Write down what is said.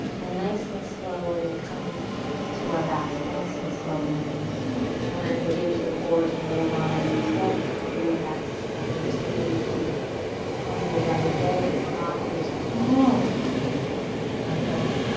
and nice and slow, we're gonna come to our backs. nice and slow. nice and slow. if you want to engage the core to roll down nice and slow maybe that's something you keep on the agenda today. if not, if you're just like ah then let it go.